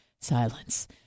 silence